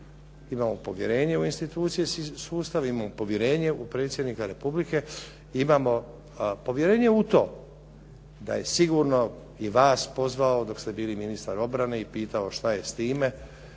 Imamo povjerenje u institucijski sustav, imamo povjerenje u predsjednika Republike, imamo povjerenje u to da je sigurno i vas pozvao dok ste bili ministar obrane i pitao šta je s time